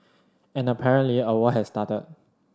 and apparently a war has started